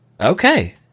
Okay